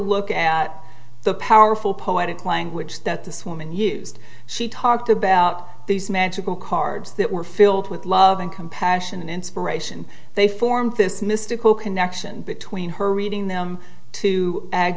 look at the powerful poetic language that this woman used she talked about these magical cards that were filled with love and compassion and inspiration they formed this mystical connection between her reading them to a